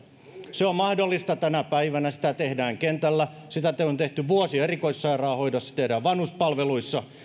se on mahdollista tänä päivänä sitä tehdään kentällä sitä on tehty vuosia erikoissairaanhoidossa ja sitä tehdään vanhuspalveluissa